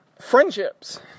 friendships